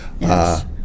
Yes